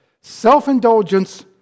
self-indulgence